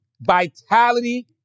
Vitality